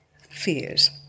fears